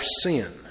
sin